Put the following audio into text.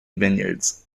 vineyards